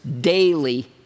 daily